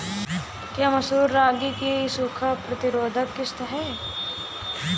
क्या मसूर रागी की सूखा प्रतिरोध किश्त है?